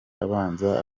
abanza